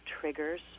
triggers